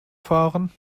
fahren